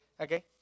Okay